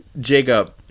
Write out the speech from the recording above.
Jacob